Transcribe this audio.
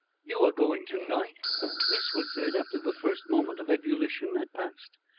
you are going to-night? this was said after the first moment of ebullition had past.